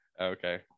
Okay